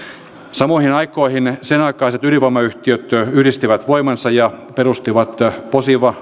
samoihin aikoihin sen aikaiset ydinvoimayhtiöt yhdistivät voimansa ja perustivat posiva